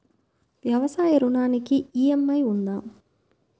వ్యవసాయ ఋణానికి ఈ.ఎం.ఐ ఉందా?